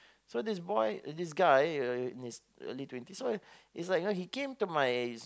so this boy this guy uh in his early twenties so is like you know he came to my